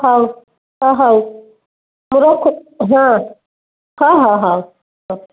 ହଉ ହଉ ମୁଁ ରଖୁ ହଁ ହଉ ରଖ